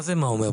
מה זה מה אומר?